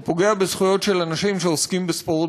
הוא פוגע בזכויות של אנשים שעוסקים בספורט,